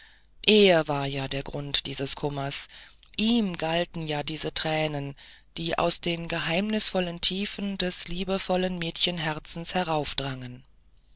er war ja der grund dieses kummers ihm galten ja diese tränen die aus den geheimnisvollen tiefen des liebevollen mädchenherzens